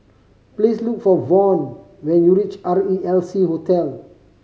please look for Vaughn when you reach R E L C Hotel